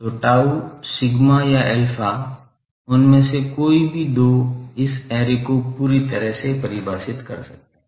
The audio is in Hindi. तो tau sigma या alpha उनमें से कोई भी दो इस ऐरे को पूरी तरह से परिभाषित कर सकते हैं